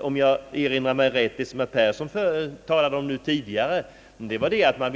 Om jag erinrar mig rätt talade herr Persson om